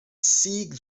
seek